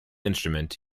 instrument